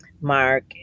Mark